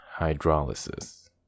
hydrolysis